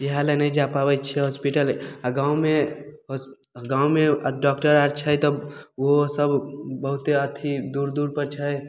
इहए लए नहि जा पाबैत छियै होस्पिटल आ गाँवमे गाँवमे डाक्टर आर छै तऽ ओहो सब बहुत्ते अथी दूर दूर पर छै